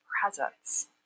presence